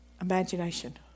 Imagination